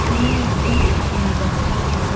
இன்னைக்கி ஈவெண்ட்ஸ்